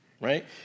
right